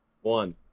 one